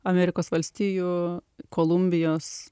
amerikos valstijų kolumbijos